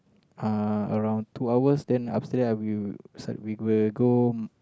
uh around two hours then after that I will we will go